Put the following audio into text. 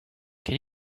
can